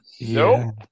Nope